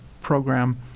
program